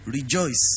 rejoice